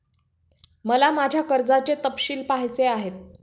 मला माझ्या कर्जाचे तपशील पहायचे आहेत